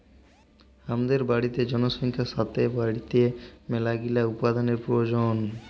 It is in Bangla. হামাদের বাড়তি জনসংখ্যার সাতে বাইড়ছে মেলাগিলা উপাদানের প্রয়োজন